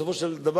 בסופו של דבר,